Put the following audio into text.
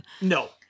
No